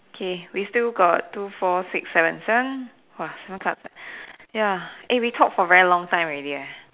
K we still got two four six seven seven !wah! seven cards ah ya eh we talked for very long time already eh